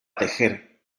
tejer